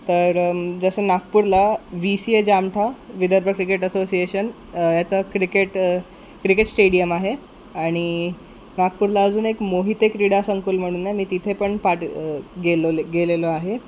तर जसं नागपूरला V C A Jamtha Vidarbha cricket association याचं क्रिकेट क्रिकेट स्टेडियम आहे आणि नागपूरला अजून एक मोहिते क्रीडा संकुल म्हणून आहे मी तिथे पण पाटी गेलोले गेलेलो आहे